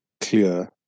clear